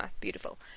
Beautiful